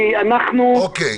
כי אל"ף,